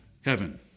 heaven